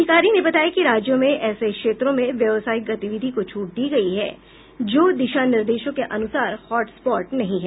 अधिकारी ने बताया कि राज्यों में ऐसे क्षेत्रों में व्यावसायिक गतिविधि को छूट दी गई है जो दिशानिर्देशों के अनुसार हॉटस्पॉट नहीं है